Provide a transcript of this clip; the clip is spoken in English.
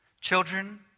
Children